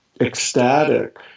ecstatic